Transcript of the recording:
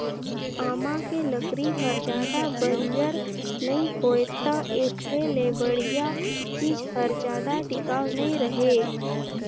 आमा के लकरी हर जादा बंजर नइ होय त एखरे ले बड़िहा चीज हर जादा टिकाऊ नइ रहें